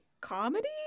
comedy